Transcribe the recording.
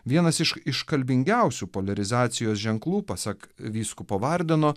vienas iš iškalbingiausių poliarizacijos ženklų pasak vyskupo vardeno